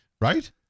Right